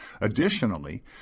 Additionally